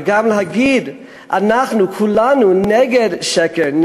וגם להגיד: אנחנו כולנו נגד שקר,